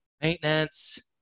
maintenance